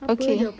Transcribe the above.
okay